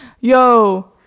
Yo